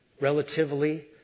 relatively